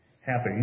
happy